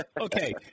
Okay